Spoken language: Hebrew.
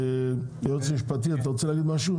היועץ המשפטי, אתה רוצה להגיד משהו?